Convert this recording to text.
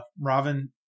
Robin